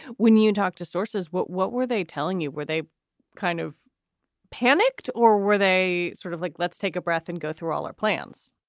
when you talk to sources, what what were they telling you? were they kind of panicked or were they sort of like, let's take a breath and go through all our plans?